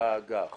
באג"ח